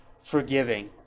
forgiving